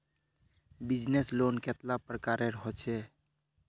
Business loan कतेला प्रकारेर होचे?